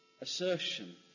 assertion